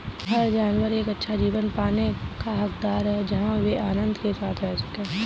हर जानवर एक अच्छा जीवन पाने का हकदार है जहां वे आनंद के साथ रह सके